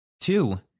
Two